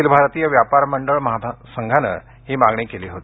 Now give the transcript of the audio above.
अखिल भारतीय व्यापार मंडळ महासंघानं ही मागणी केली होती